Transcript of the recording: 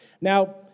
Now